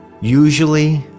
usually